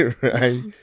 Right